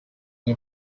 nka